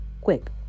Quick